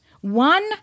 One